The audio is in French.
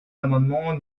l’amendement